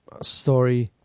story